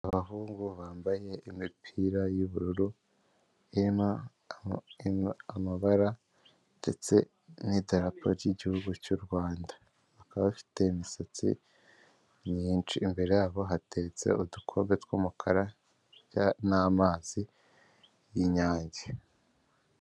Abahungu bambaye imipira y'ubururu, irimo amabara ndetse n'idarapo ry'igihugu cy'u Rwanda. Bakaba bafite imisatsi myinshi, imbere yabo hateretse udukombe tw'umukara n'amazi y'inyange.